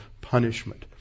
punishment